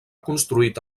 construït